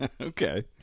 Okay